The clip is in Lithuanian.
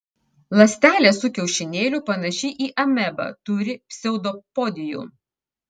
ląstelė su kiaušinėliu panaši į amebą turi pseudopodijų